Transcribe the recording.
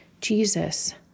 Jesus